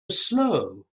slow